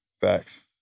Facts